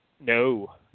no